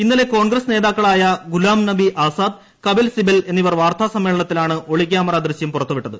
ഇന്നലെ കോൺഗ്രസ് നേതാക്കളായ ഗുലാം നബി ആസാദ് കപിൽ സിബൻ എന്നിവർ വാർത്താസമ്മേളനത്തിലാണ് ഒളിക്യാമറ ദൃശ്യം പുറത്ത് വിട്ടത്